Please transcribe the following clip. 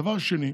דבר שני,